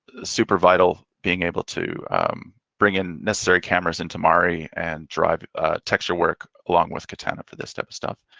super vital, being able to bring in necessary cameras into mari and drive texture work along with katana for this type of stuff.